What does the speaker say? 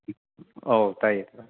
ꯑꯥꯎ ꯇꯥꯏꯌꯦ ꯇꯥꯏꯌꯦ